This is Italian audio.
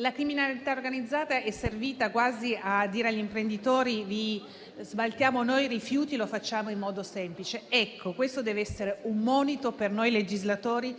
la criminalità organizzata è servita quasi a dire agli imprenditori: smaltiamo noi rifiuti, lo facciamo in modo semplice. Questo deve essere un monito per noi legislatori